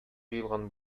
җыелган